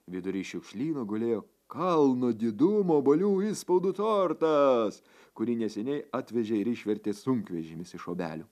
vidurį šiukšlyno gulėjo kalno didumo obuolių išspaudų tortas kurį neseniai atvežė ir išvertė sunkvežimis iš obelių